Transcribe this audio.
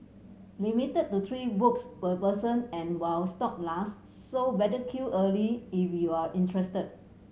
limited to three books per person and while stock last so better queue early if you're interested